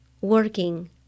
working